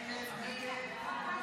אין נמנעים.